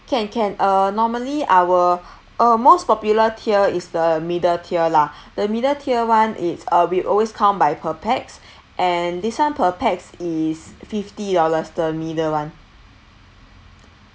can can uh normally our uh most popular tier is the middle tier lah the middle tier [one] is uh we always count by per pax and this [one] per pax is fifty dollars the middle [one]